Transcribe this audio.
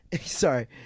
Sorry